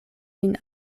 lin